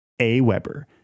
AWeber